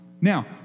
Now